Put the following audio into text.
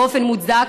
באופן מוצדק,